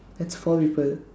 that's four people